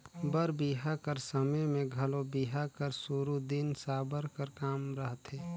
बर बिहा कर समे मे घलो बिहा कर सुरू दिन साबर कर काम रहथे